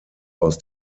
aus